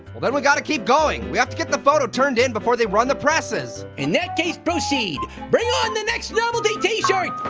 well then we gotta keep going! we have to get the photo turned in before they run the presses. in that case, proceed. bring on the next novelty t-shirt!